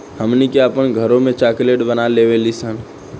हमनी के आपन घरों में चॉकलेट बना लेवे नी सन